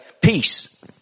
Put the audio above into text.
peace